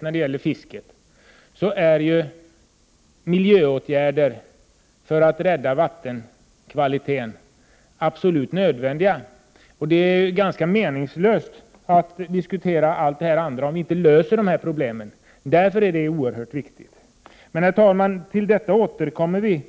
När det gäller fisket rent allmänt är miljöåtgärder för att rädda vattenkvaliteten absolut nödvändiga. Det är ganska meningslöst att diskutera allt det andra, om vi inte löser dessa problem. Därför är detta oerhört viktigt. Herr talman! Vi återkommer emellertid